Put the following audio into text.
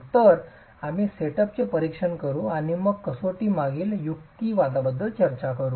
तर आम्ही सेटअपचे परीक्षण करू आणि मग या कसोटीमागील युक्तिवादाबद्दल चर्चा करू